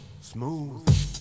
Smooth